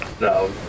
No